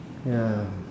ya